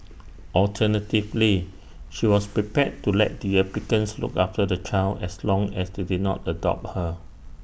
alternatively she was prepared to let the applicants look after the child as long as they did not adopt her